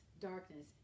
darkness